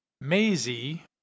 Maisie